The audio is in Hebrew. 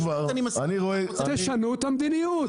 תשנו את המדיניות.